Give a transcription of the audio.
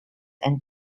and